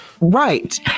right